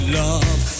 love